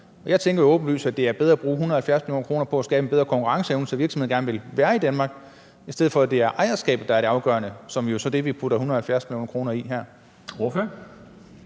det er åbenlyst, at det er bedre at bruge 170 mio. kr. på at skabe en bedre konkurrenceevne, så virksomhederne gerne vil være i Danmark, i stedet for at det er ejerskabet, der er det afgørende, hvilket jo er det, vi putter 170 mio. kr. i her.